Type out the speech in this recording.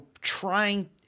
trying